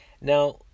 Now